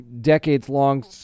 decades-long